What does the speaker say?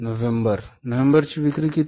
November नोव्हेंबरची विक्री किती